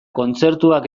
kontzertuak